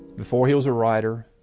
before he was a writer,